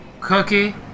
cookie